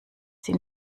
die